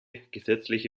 gesetzliche